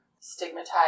stigmatized